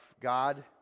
God